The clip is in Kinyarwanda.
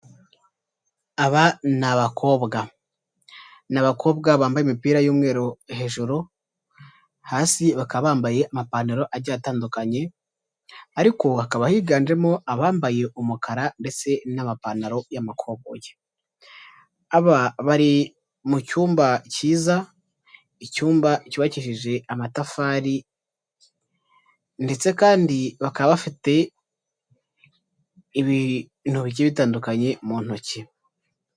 Aba ni abakobwa ni abakobwa bambaye imipira y'umweru hejuru hasi bakaba bambaye amapantaro agiye atandukanye ariko hakaba higanjemo abambaye umukara ndetse n'amapantaro y'amakoboyi aba bari mu cyumba cyiza icyumba cyubakishije amatafari ndetse kandi bakaba bafite ibintu bigiye bitandukanye mu ntoki.